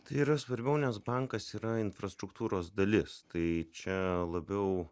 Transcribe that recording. tai yra svarbiau nes bankas yra infrastruktūros dalis tai čia labiau